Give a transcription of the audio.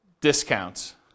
discounts